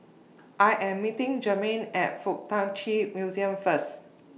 I Am meeting Germaine At Fuk Tak Chi Museum First